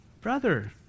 brother